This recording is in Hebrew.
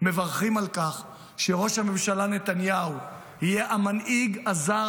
מברכים על כך שראש הממשלה נתניהו יהיה המנהיג הזר